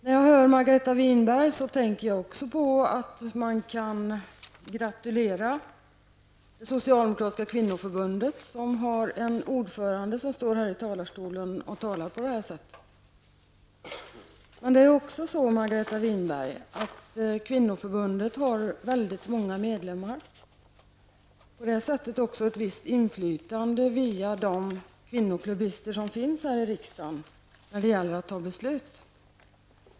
När jag hör Margareta Winberg tänker jag också på att man kan gratulera Socialdemokratiska kvinnoförbundet som har en ordförande som står här i talarstolen och talar på detta sätt. Kvinnoförbundet har många medlemmar, och på det sättet också ett visst inflytande via de kvinnoklubbister som finns här i riksdagen när det gäller att fatta beslut.